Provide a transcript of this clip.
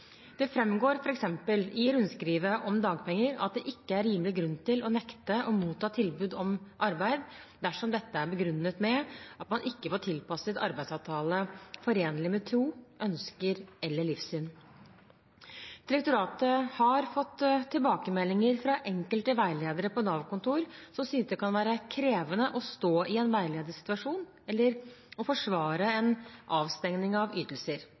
Det framgår f.eks. i rundskrivet om dagpenger at det ikke er rimelig grunn til å nekte å motta tilbud om arbeid dersom dette er begrunnet med at man ikke får en tilpasset arbeidsavtale forenlig med tro, ønsker eller livssyn. Direktoratet har fått tilbakemeldinger fra enkelte veiledere på Nav-kontor som synes det kan være krevende å stå i en veiledersituasjon eller å forsvare en avstengning av ytelser.